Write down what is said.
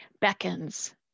beckons